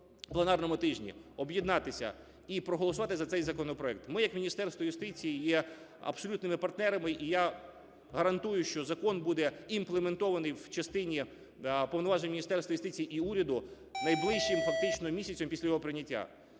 пленарному тижні об'єднатися і проголосувати за цей законопроект. Ми як Міністерство юстиції є абсолютними партнерами і я гарантую, що закон будеімплементований в частині повноважень Міністерства юстиції і уряду найближчим фактично місяцем після його прийняття.